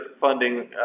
funding